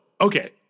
okay